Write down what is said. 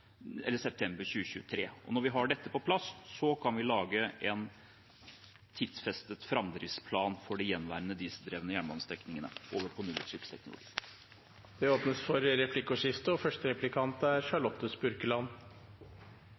september 2023. Når vi har dette på plass, kan vi lage en tidfestet framdriftsplan for de gjenværende dieseldrevne jernbanestrekningene over på nullutslippsteknologi. Det blir replikkordskifte. Under regjeringen Solberg og nå også under regjeringen Støre er